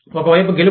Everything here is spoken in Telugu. ఒక వైపు గెలుపు